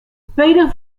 pijler